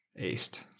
aced